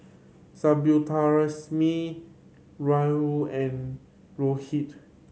Subbulakshmi Rahul and Rohit